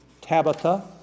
Tabitha